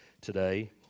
today